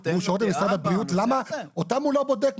אין שום -- למה אותם הוא לא בודק,